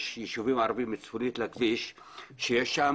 יש ישובים ערביים צפונית לכביש,